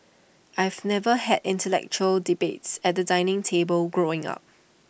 I've never had intellectual debates at the dining table growing up